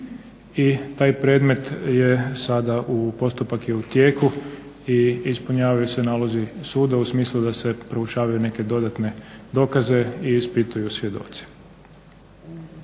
taj predmet je sada, postupak je u tijeku i ispunjavaju se nalozi suda u smislu da se proučavaju neke dodatne dokaze i ispituju svjedoci.